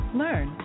learn